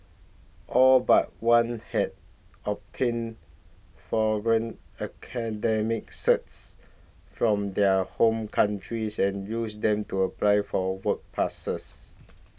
all but one had obtained academic certs from their home countries and used them to apply for work passes